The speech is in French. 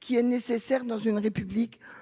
qui est nécessaire dans une république entre les